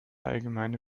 allgemeine